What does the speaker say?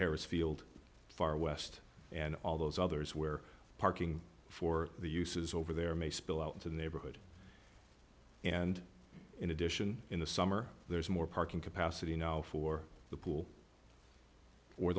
harrah's field far west and all those others where parking for the uses over there may spill out into the neighborhood and in addition in the summer there's more parking capacity now for the pool or